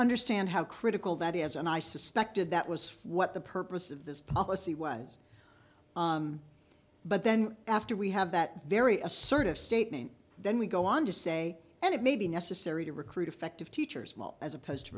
understand how critical that has and i suspected that was what the purpose of this policy was but then after we have that very assertive statement then we go on to say and it may be necessary to recruit effective teachers as opposed to